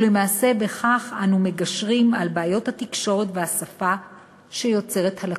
ולמעשה בכך אנו מגשרים על בעיות התקשורת והשפה שיוצרת הלקות.